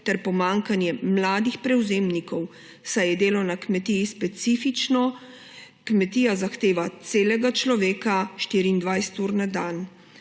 ter pomanjkanje mladih prevzemnikov, saj je delo na kmetiji specifično, kmetija zahteva celega človeka 24 ur na dan.